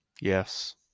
Yes